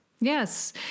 Yes